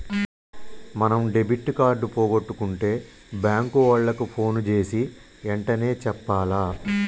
మనం debit card పోగొట్టుకుంటే bank ఓళ్ళకి పోన్ జేసీ ఎంటనే చెప్పాల